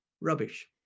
Rubbish